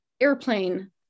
airplane